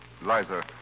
Liza